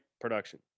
Production